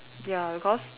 ya because